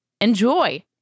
enjoy